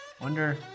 Wonder